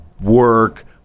work